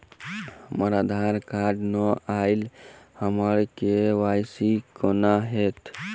हमरा आधार कार्ड नै अई हम्मर के.वाई.सी कोना हैत?